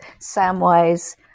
Samwise